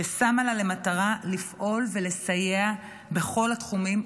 ששמה לה למטרה לפעול ולסייע בכל התחומים,